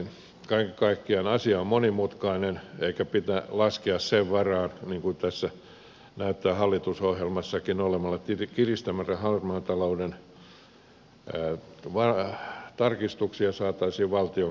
kaiken kaikkiaan asia on monimutkainen eikä pidä laskea sen varaan niin kuin tässä näyttää hallitusohjelmassakin olevan että kiristämällä harmaan talouden tarkistuksia saataisiin valtion kassaan